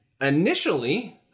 initially